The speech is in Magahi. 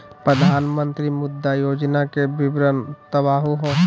प्रधानमंत्री मुद्रा योजना के विवरण बताहु हो?